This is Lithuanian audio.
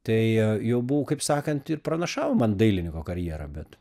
tai jau buvo kaip sakant ir pranašavo man dailininko karjerą bet